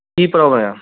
ਕੀ problem ਹੈ